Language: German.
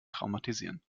traumatisieren